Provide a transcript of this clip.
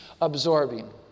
absorbing